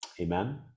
Amen